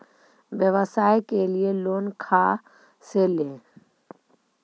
व्यवसाय के लिये लोन खा से ले?